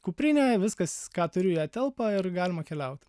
kuprinė viskas ką turiu į ją telpa ir galima keliaut